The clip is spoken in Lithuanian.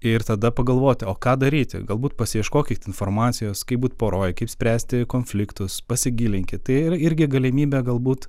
ir tada pagalvoti o ką daryti galbūt pasiieškokit informacijos kaip būt poroj kaip spręsti konfliktus pasigilinkit tai ir irgi galimybė galbūt